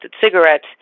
cigarettes